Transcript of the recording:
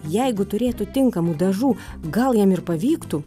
jeigu turėtų tinkamų dažų gal jam ir pavyktų